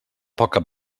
poca